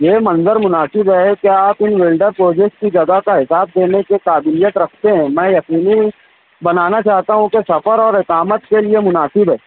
یہ منظر مناسب ہے کیا آپ ان ولڈر پروجیکٹ کی جگہ کا حساب دینے کی قابلیت رکھتے ہیں میں یقینی بنانا چاہتا ہوں کہ سفر اور اقامت کے لیے مناسب ہے